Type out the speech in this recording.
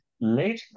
later